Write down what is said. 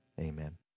amen